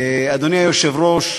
אדוני היושב-ראש,